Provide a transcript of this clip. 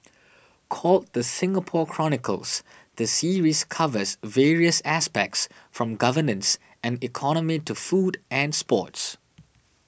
called the Singapore Chronicles the series covers various aspects from governance and economy to food and sports